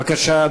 בבקשה,